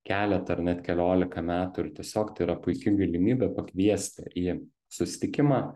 keletą ar net keliolika metų ir tiesiog tai yra puiki galimybė pakviesti į susitikimą